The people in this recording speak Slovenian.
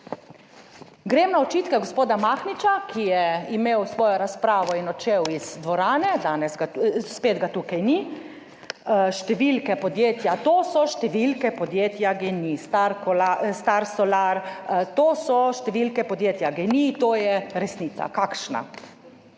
Grem na očitke gospoda Mahniča, ki je imel svojo razpravo in odšel iz dvorane, danes ga, spet ga tukaj ni. Številke podjetja, to so številke podjetja GEN-I, Star Solar, to so številke podjetja GEN-I, to je resnica. Kakšna?